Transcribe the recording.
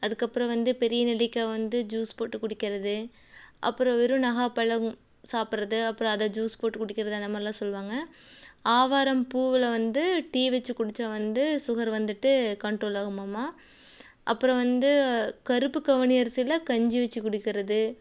அதுக்கப்புறம் வந்து பெரிய நெல்லிக்காயை வந்து ஜூஸ் போட்டு குடிக்கிறது அப்புறம் வெறும் நாவப்பழம் சாப்பிட்றது அப்புறம் அதை ஜூஸ் போட்டு குடிக்கிறது அந்தமாதிரிலாம் சொல்வாங்கள் ஆவாரம் பூவில் வந்து டீ வச்சி குடிச்சால் வந்து சுகர் வந்துட்டு கண்ட்ரோல் ஆகுமாமா அப்புறம் வந்து கருப்பு கவுனி அரிசியில கஞ்சி வச்சு குடிக்கிறது